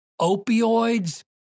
opioids